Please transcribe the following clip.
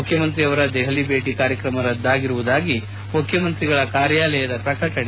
ಮುಖ್ಯಮಂತ್ರಿ ಅವರ ದೆಹಲಿ ಭೇಟ ಕಾರ್ಯಕ್ರಮ ರದ್ದಾಗಿರುವುದಾಗಿ ಮುಖ್ಯಮಂತ್ರಿಗಳ ಕಾರ್ಯಾಲಯದ ಪ್ರಕಟಣೆ ತಿಳಿಸಿದೆ